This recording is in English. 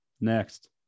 Next